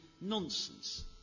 nonsense